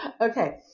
Okay